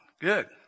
good